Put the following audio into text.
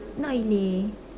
not really